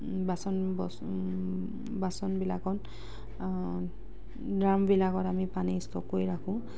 বাচন বচন বাচনবিলাকত ড্ৰামবিলাকত আমি পানী ষ্টক কৰি ৰাখোঁ